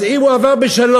אז אם הוא עבר בשלום,